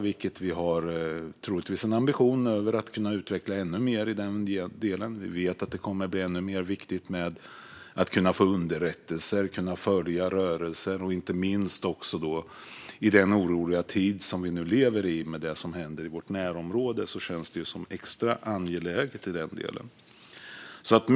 Vi har troligtvis en ambition att kunna utveckla ännu mer i den delen. Vi vet att det kommer att bli än viktigare att kunna få underrättelser och att kunna följa rörelser. Inte minst i den oroliga tid vi nu lever i, med det som händer i vårt närområde, känns detta extra angeläget.